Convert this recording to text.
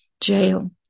jail